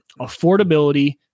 affordability